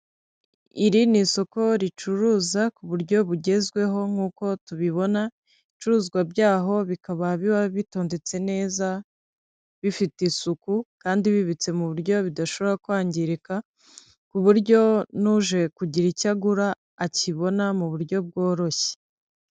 Iri ni isoko ricuruza ku buryo bugezweho nk'uko tubibona ibicuruzwa byaho bikaba biba bitondetse neza, bifite isuku kandi bibitse mu buryo bidashobora kwangirika; ku buryo n'uje kugira icyo agura akibona mu buryo bworoshye.